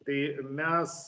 tai mes